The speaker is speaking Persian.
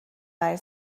برای